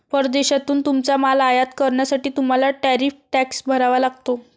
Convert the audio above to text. परदेशातून तुमचा माल आयात करण्यासाठी तुम्हाला टॅरिफ टॅक्स भरावा लागतो